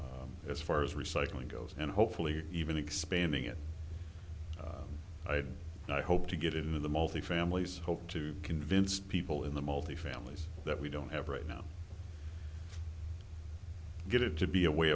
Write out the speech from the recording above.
as far as recycling goes and hopefully even expanding it i hope to get in the multi families hope to convince people in the multi families that we don't have right now get it to be a way